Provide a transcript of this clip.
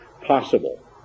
possible